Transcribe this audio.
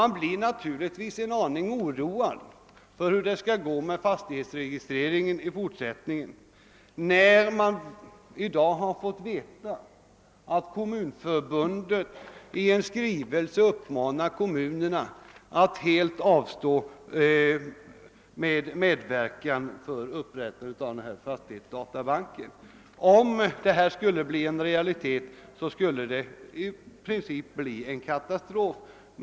Man blir naturligtvis en aning oroad för hur det skall gå med fastighetsregistreringen i fortsättningen, när man i dag har fått veta att Kommunförbundet i en skrivelse uppmanat kommunerna att helt avstå från medverkan till upprättande av fastighetsdatabanken. Om detta blir en realitet innebär det i princip en katastrof.